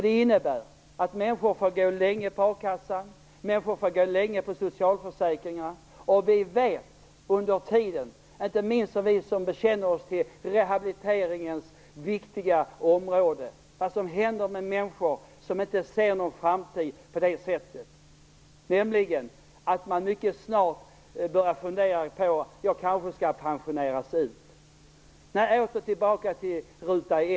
Det innebär att människor får gå länge på a-kassa och på socialförsäkringar. Inte minst vi som bekänner oss till rehabiliteringens viktiga område vet vad som händer med de människor som inte ser någon framtid i det avseendet. Man kanske börjar fundera över att man nog skall pensioneras ut så att säga. Nej, åter tillbaka till ruta 1.